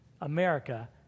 America